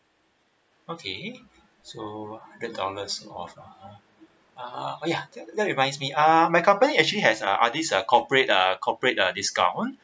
okay so eight dollars off ah uh ya that reminds me um my company actually has uh ah this uh corporate uh corporate uh discount